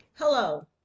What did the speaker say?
Hello